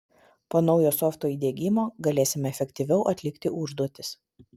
po naujo softo įdiegimo galėsim efektyviau atlikti užduotis